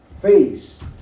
face